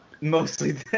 Mostly